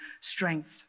strength